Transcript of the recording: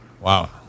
Wow